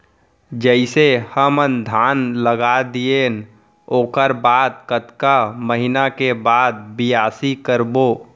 जइसे हमन धान लगा दिएन ओकर बाद कतका महिना के बाद बियासी करबो?